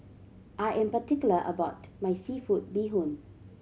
I am particular about my seafood bee hoon